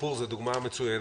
סינגפור זו דוגמה מצוינת,